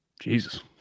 Jesus